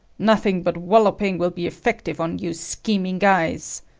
nothing but wallopping will be effective on you scheming guys.